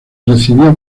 recibió